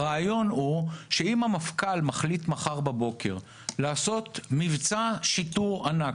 הרעיון הוא שאם המפכ"ל מחליט מחר בבוקר לעשות מבצע שיטור ענק